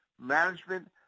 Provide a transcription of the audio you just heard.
management